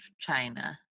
china